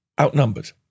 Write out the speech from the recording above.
outnumbered